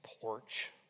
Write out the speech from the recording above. porch